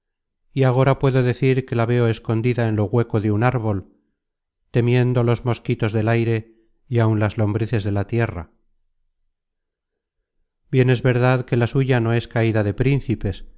y agora puedo decir que la veo escondida en lo hueco de un árbol temiendo los mosquitos del content from google book search generated at aire y áun las lombrices de la tierra bien es verdad que la suya no es caida de principes